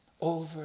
Over